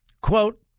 Quote